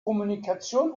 kommunikation